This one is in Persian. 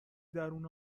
درون